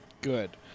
Good